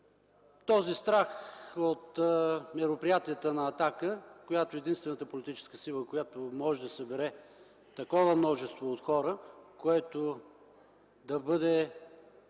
Този страх от мероприятията на „Атака”, която е единствената политическа сила, която може да събере такова множество от хора, което да бъде